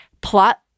plot